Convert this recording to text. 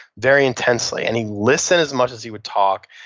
very intensely. and he listens as much as he would talk.